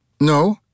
No